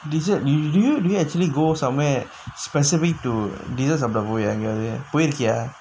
dessert named do you actually go somewhere specific to dessert சாப்ட போவீயா எங்கயாது போய்யிருக்கியா:saapda poveeyaa enggayaathu poyirukkiyaa